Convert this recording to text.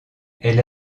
elle